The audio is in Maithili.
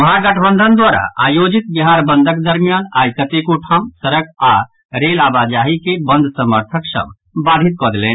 महागठबंधन द्वारा आयोजित बिहार बंदक दरमियान आई कतेको ठाम सड़क आओर रेल आवाजाही के बंद समर्थक सभ बाधित कऽ देलनि